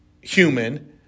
human